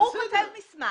הוא כותב מסמך